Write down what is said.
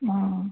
हाँ